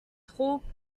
trop